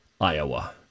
Iowa